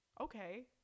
Okay